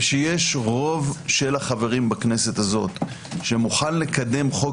ושיש רוב חברי הכנסת הזו שמוכן לקדם חוק